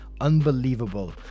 Unbelievable